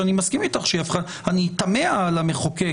שאני מסכים איתך שהיא הבחנה אני תמהה על המחוקק,